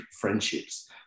friendships